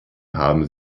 haben